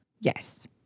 Yes